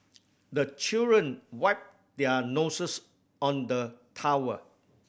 the children wipe their noses on the towel